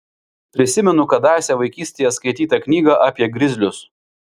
prisimenu kadaise vaikystėje skaitytą knygą apie grizlius